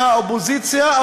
מהאופוזיציה,